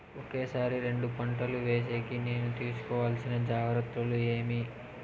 ఒకే సారి రెండు పంటలు వేసేకి నేను తీసుకోవాల్సిన జాగ్రత్తలు ఏమి?